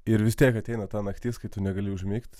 ir vis tiek ateina ta naktis kai tu negali užmigt